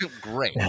Great